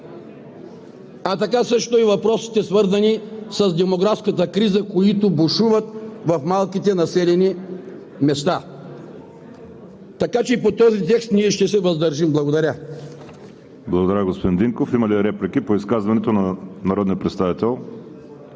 така и въпросите, свързани с демографската криза, които бушуват в малките населени места. Така че и по този текст ние ще се въздържим. Благодаря. ПРЕДСЕДАТЕЛ ВАЛЕРИ СИМЕОНОВ: Благодаря, господин Динков. Има ли реплики по изказването на народния представител